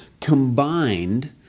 combined